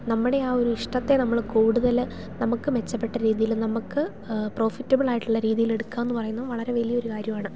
നമ്മുടെ ആ ഒരു ഇഷ്ടത്തെ നമ്മൾ കൂടുതൽ നമുക്ക് മെച്ചപ്പെട്ട രീതിയിൽ നമക്ക് പ്രോഫിറ്റബിൾ ആയിട്ടുള്ള രീതിയിൽ എടുക്കുക എന്നു പറയുന്നത് വളരെ വലിയ ഒരു കാര്യമാണ്